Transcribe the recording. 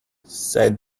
said